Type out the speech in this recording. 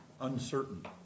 uncertain